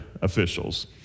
officials